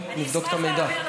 טוב, נבדוק את המידע.